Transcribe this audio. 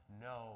no